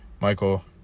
Michael